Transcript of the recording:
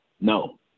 No